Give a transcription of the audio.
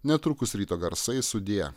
netrukus ryto garsai sudie